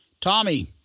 Tommy